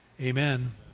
Amen